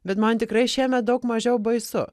bet man tikrai šiemet daug mažiau baisu